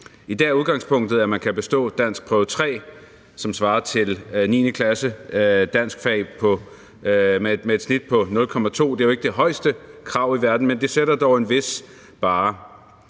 I dag er udgangspunktet, at man skal bestå danskprøve 3, som svarer til danskfagene i 9. klasse med et snit på 02. Det er jo ikke det højeste krav i verden, men det sætter dog en vis barre.